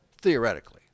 theoretically